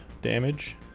damage